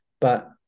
but-